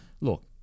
look